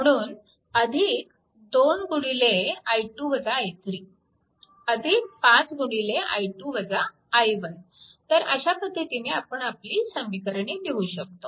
म्हणून 2 5 तर अशा पद्धतीने आपण आपली समीकरणे लिहू शकतो